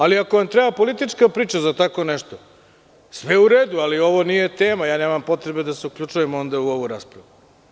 Ali, ako vam treba politička priča za tako nešto, sve je u redu, ali ovo nije tema i ondanemam potrebe da se uključujem u ovu raspravu.